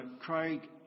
Craig